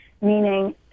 meaning